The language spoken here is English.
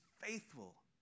faithful